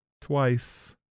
twice